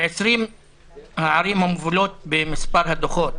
20 הערים המובילות במספר הדוחות,